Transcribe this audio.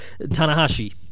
Tanahashi